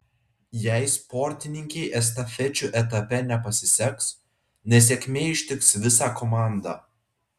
jei sportininkei estafečių etape nepasiseks nesėkmė ištiks visą komandą